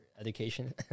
education